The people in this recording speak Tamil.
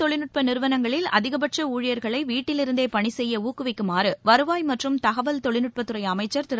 தொழில்நுட்பநிறுவனங்களில் தகவல் அதிகபட்சஊழியர்களைவீட்டிலிருந்தேபணிசெய்யஊக்குவிக்குமாறுவருவாய் மற்றும் தகவல்தொழில்நுட்பத்துறைஅமைச்சர் திரு